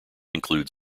include